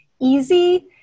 easy